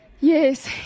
Yes